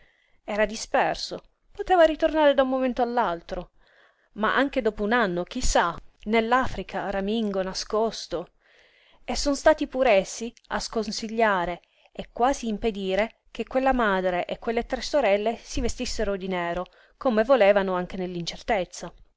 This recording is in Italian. era disperso poteva ritornare da un momento all'altro ma anche dopo un anno chi sa nell'africa ramingo nascosto e sono stati pur essi a sconsigliare e quasi impedire che quella madre e quelle tre sorelle si vestissero di nero come volevano anche